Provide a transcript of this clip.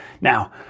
Now